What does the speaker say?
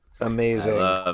Amazing